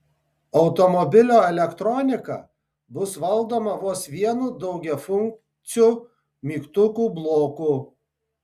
automobilio elektronika bus valdoma vos vienu daugiafunkciu mygtukų bloku